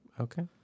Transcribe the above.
Okay